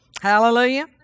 Hallelujah